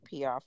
PR